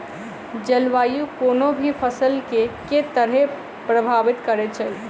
जलवायु कोनो भी फसल केँ के तरहे प्रभावित करै छै?